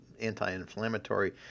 anti-inflammatory